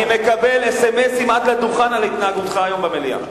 אני מקבל אס.אם.אסים עד לדוכן על התנהגותך היום במליאה.